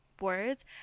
words